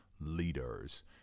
leaders